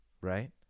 Right